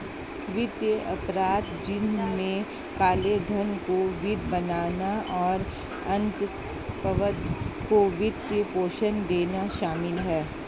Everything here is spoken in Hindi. वित्तीय अपराध, जिनमें काले धन को वैध बनाना और आतंकवाद को वित्त पोषण देना शामिल है